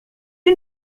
you